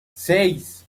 seis